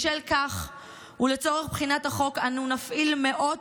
בשל כך ולצורך בחינת החוק אנו נפעיל מאות